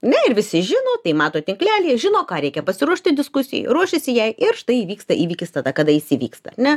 ne ir visi žino tai mato tinklelyje žino ką reikia pasiruošti diskusijai ruošiasi jai ir štai įvyksta įvykis tada kada jis įvyksta ar ne